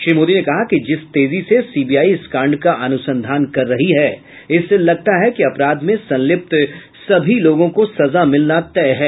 श्री मोदी ने कहा कि जिस तेजी से सीबीआई इस कांड का अनुसंधान कर ही है इससे लगता है कि अपराध में संलिप्त सभी लोगों को सजा मिलना तय है